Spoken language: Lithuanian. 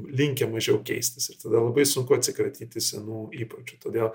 linkę mažiau keistis ir tada labai sunku atsikratyti senų įpročių todėl